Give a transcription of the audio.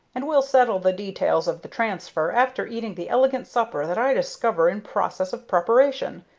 and we'll settle the details of the transfer after eating the elegant supper that i discover in process of preparation.